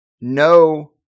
no